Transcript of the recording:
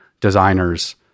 designers